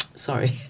Sorry